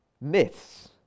Myths